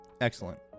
excellent